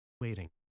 waiting